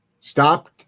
Stop